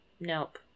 Nope